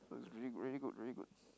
is really good really good really good